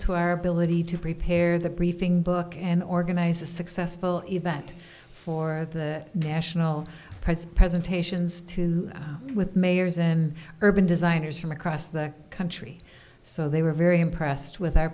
to our ability to prepare the briefing book and organize a successful event for the national press presentations to with mayors and urban designers from across the country so they were very impressed with